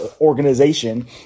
organization